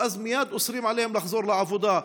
ואז מייד אוסרים עליהם לחזור לעבודה,